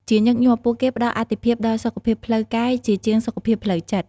ជាញឹកញាប់ ពួកគេផ្តល់អាទិភាពដល់សុខភាពផ្លូវកាយជាជាងសុខភាពផ្លូវចិត្ត។